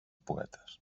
poetes